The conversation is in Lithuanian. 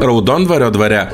raudondvario dvare